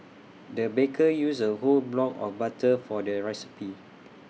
the baker used A whole block of butter for their recipe